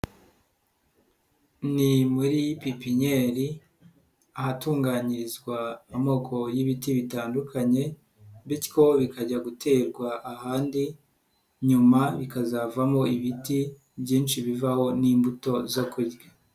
Ni muri pipiniyeri ahatunganyirizwa amoko y'ibiti bitandukanye bityo bikajya guterwa ahandi, nyuma bikazavamo ibiti byinshi bivaho n'imbuto zo kurya.